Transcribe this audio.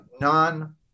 non